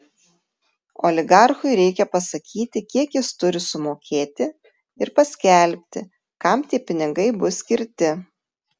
oligarchui reikia pasakyti kiek jis turi sumokėti ir paskelbti kam tie pinigai bus skirti